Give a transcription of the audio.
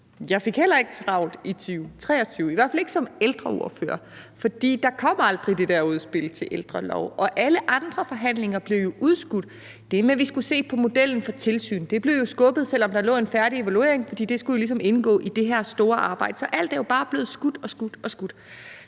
Jeg fik heller ikke travlt i 2023, i hvert fald ikke som ældreordfører. For der kom aldrig det der udspil til ældrelov, og alle andre forhandlinger blev jo udskudt. Det med, at vi skulle se på modellen for tilsyn, blev jo skubbet, selv om der lå en færdig evaluering, for det skulle jo ligesom indgå i det her store arbejde. Så alt er bare blevet udskudt og udskudt.